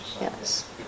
yes